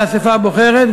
לאספה הבוחרת,